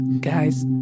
guys